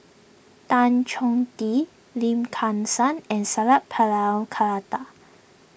Tan Chong Tee Lim come San and Sat Pal Khattar